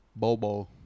Bobo